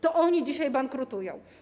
To oni dzisiaj bankrutują.